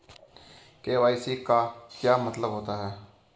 KYC का क्या मतलब होता है?